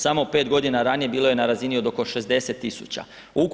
Samo 5 godina ranije bilo je na razini od oko 60 tisuća.